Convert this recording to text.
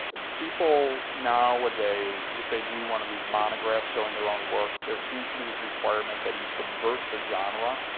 people nowadays, if they do one of these monographs showing their own work, there seems to be this requirement that you subvert the genre,